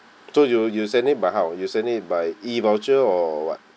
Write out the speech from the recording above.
so you you send it by how you send it by E-voucher or or what